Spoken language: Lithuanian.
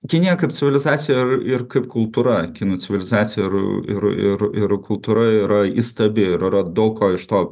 kinija kaip civilizacija ir ir kaip kultūra kinų civilizacija ir ir ir ir kultūra yra įstabi ir yra daug ko iš to